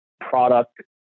product